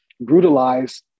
brutalize